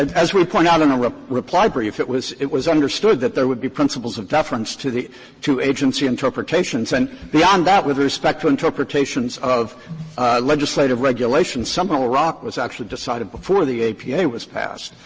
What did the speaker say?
as we point out in a reply brief, it was it was understood that there would be principles of deference to the to agency interpretations. and beyond that, with respect to interpretations of legislative regulations, seminole rock was actually decided before the apa was passed.